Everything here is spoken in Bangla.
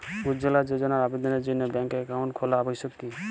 উজ্জ্বলা যোজনার আবেদনের জন্য ব্যাঙ্কে অ্যাকাউন্ট খোলা আবশ্যক কি?